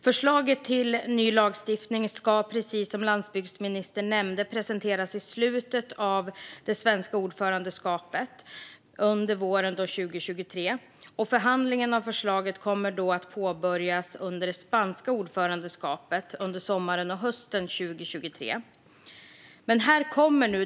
Precis som landsbygdsministern nämnde ska förslaget till ny lagstiftning presenteras i slutet av det svenska ordförandeskapet under våren 2023, och förhandlingen om förslaget kommer att påbörjas under det spanska ordförandeskapet, det vill säga under sommaren och hösten 2023.